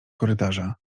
korytarza